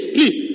Please